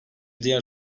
diğer